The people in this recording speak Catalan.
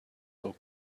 del